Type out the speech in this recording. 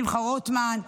שמחה רוטמן,